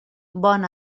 bon